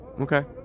Okay